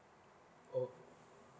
oh